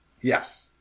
Yes